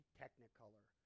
technicolor